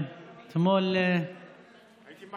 אתמול, אתמול